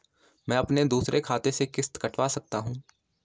मैं अपने दूसरे खाते से किश्त कटवा सकता हूँ?